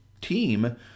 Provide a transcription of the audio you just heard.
team